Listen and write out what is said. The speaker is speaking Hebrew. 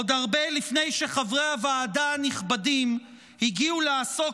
עוד הרבה לפני שחברי הוועדה הנכבדים הגיעו לעסוק